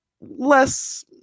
less